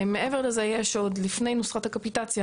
מעבר לזה יש עוד לפני נוסחת הקפיטציה